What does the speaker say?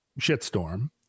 shitstorm